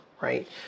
right